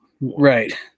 Right